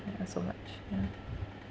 ya so much yeah